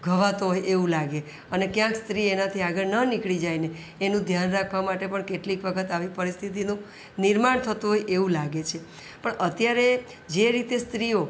ઘવાતો હોય એવું લાગે અને ક્યાંક સ્ત્રી એનાથી આગળ ન નીકળી જાય ને એનું ધ્યાન રાખવા માટે પણ કેટલીક વખત આવી પરિસ્થિતિનું નિર્માણ થતું હોય એવું લાગે છે પણ અત્યારે જે રીતે સ્ત્રીઓ